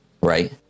right